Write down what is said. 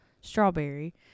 strawberry